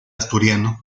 asturiano